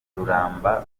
ruramba